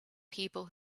people